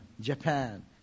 Japan